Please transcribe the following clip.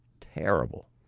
terrible